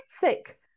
thick